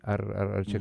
ar ar čia